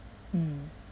mm